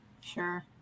Sure